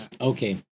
Okay